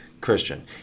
Christian